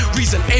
Reason